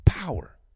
Power